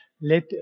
let